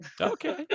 Okay